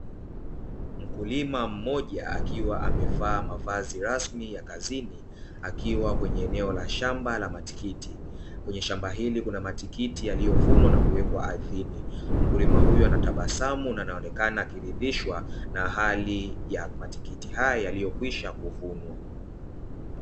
Mkulima mmoja akiwa amevaa mavazi rasmi ya kazini akiwa kwenye eneo la shamba la matikiti, kwenye shamba hili kuna matikiti yaliyovunwa na kuwekwa ardhini, mkulima huyo anatabasamu na anaonekana akiridhishwa na hali ya matikiti haya yaliyokwisha kuvunwa.